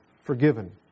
forgiven